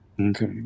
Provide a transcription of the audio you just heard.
Okay